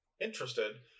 Interested